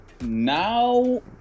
now